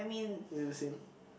is it the same